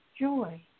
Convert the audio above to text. joy